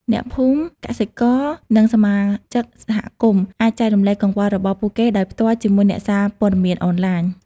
អ្នកភូមិ កសិករ និងសមាជិកសហគមន៍អាចចែករំលែកកង្វល់របស់ពួកគេដោយផ្ទាល់ជាមួយអ្នកសារព័ត៌មានអនឡាញ។